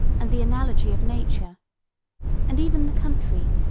and the analogy of nature and even the country,